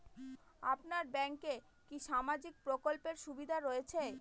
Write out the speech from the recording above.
আপনার ব্যাংকে কি সামাজিক প্রকল্পের সুবিধা রয়েছে?